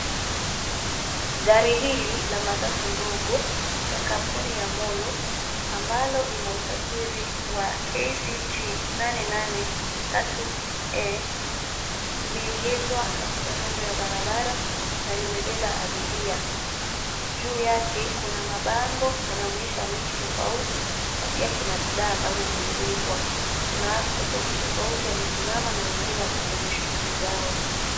Gari hili la matatu ndogo, ya kampuni ya Molo, ambalo lina usajili wa KCG 883E, imeegezwa katika kando ya barabara, na limebeba abiria, juu yake kuna mabango yanaonyesha miji tofauti, na pia kuna bidhaa ambazo zimebebwa, kuna watu tofauti tofauti wamesimama na wengine wako kwenye shughuli zao.